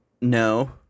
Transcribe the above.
No